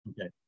Okay